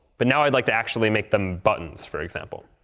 but now i'd like to actually make them buttons, for example.